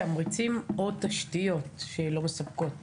תמריצים או תשתיות שלא מספקות